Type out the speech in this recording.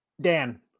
Dan